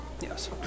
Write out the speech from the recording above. Yes